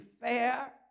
fair